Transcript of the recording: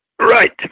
Right